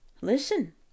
Listen